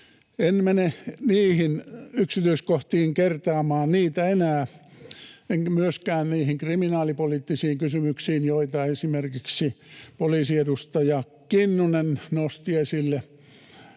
En mene niihin yksityiskohtiin, kertaamaan niitä enää enkä myöskään niihin kriminaalipoliittisiin kysymyksiin, joita esimerkiksi poliisiedustaja Kinnunen nosti esille